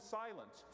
silent